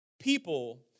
people